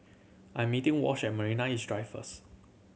I 'm meeting Wash at Marina East Drive first